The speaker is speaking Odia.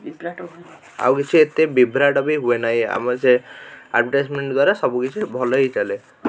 ଆଉ କିଛି ଏତେ ବିଭ୍ରାଟ ବି ହୁଏ ନାହିଁ ଆମର ସେ ଆଡ଼ଭରଟାଈଜମେଣ୍ଟ ସବୁକିଛି ଭଲ ହେଇଚାଲେ